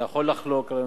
אתה יכול לחלוק על הממשלה,